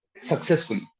successfully